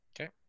Okay